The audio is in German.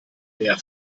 mehr